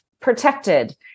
Protected